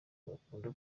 bakunda